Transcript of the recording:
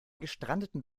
gestrandeten